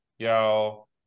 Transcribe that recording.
Y'all